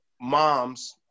moms